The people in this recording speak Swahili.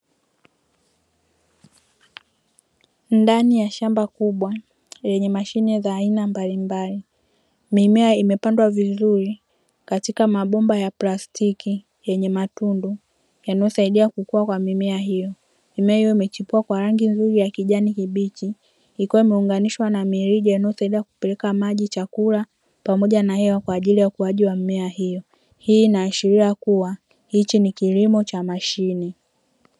Ndani ya shamba kubwa lenye mashine za aina mbalimbali, mimea imepandwa vizuri katika mabomba ya plastiki yenye matundu yanayo saidia kukua kwa mimea hiyo. Mimea hiyo imechipua kwa rangi nzuri ya kijani kibichi ikiwa imeunganishwa na maidi inayosaidia kupeleka maji, chakula, pamoja na hewa kwa ajili ya ukuaji wa mimea hiyo. Hii inaashiria kuwa hichi ni kilimo cha mashine.